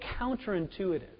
counterintuitive